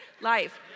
life